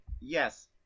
yes